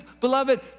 beloved